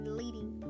leading